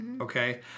okay